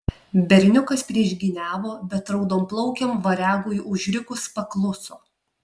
berniukas priešgyniavo bet raudonplaukiam variagui užrikus pakluso